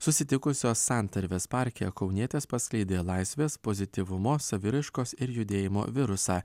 susitikusios santarvės parke kaunietės paskleidė laisvės pozityvumo saviraiškos ir judėjimo virusą